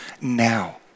now